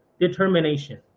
determination